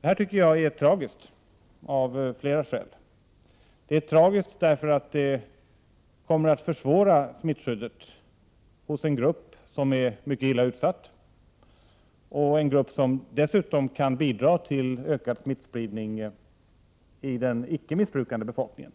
Det här tycker jag är tragiskt av flera skäl. Det är tragiskt därför att det kommer att försvåra smittskyddet hos en grupp som är mycket illa utsatt och som dessutom kan bidra till ökad smittspridning i den icke missbrukande befolkningen.